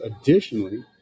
additionally